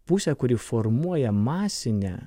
pusė kuri formuoja masinę